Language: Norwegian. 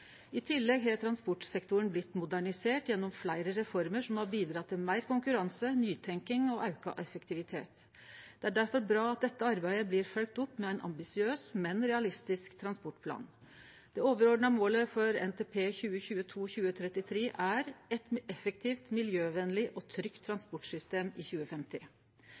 I tillegg har transportsektoren blitt modernisert gjennom fleire reformer som har bidrege til meir konkurranse, nytenking og auka effektivitet. Det er difor bra at dette arbeidet blir følgt opp med ein ambisiøs, men realistisk transportplan. Det overordna målet for NTP 2022–2033 er eit effektivt, miljøvenleg og trygt transportsystem i 2050.